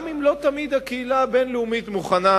גם אם לא תמיד הקהילה הבין-לאומית מוכנה